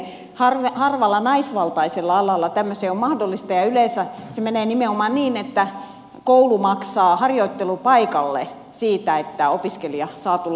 harvalla naisvaltaisella alalla tämmöinen on mahdollista ja yleensä se menee nimenomaan niin että koulu maksaa harjoittelupaikalle siitä että opiskelija saa tulla harjoitteluun